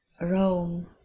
Rome